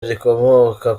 rikomoka